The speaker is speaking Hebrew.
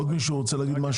עוד מישהו רוצה להגיד משהו.